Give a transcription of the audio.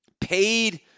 paid